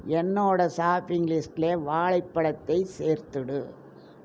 என்னோடய ஷாப்பிங் லிஸ்ட்டில் வாழைப் பழத்தை சேர்த்துவிடு